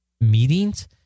meetings